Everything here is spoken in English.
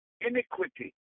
iniquity